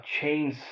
chains